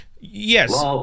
yes